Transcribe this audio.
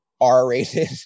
R-rated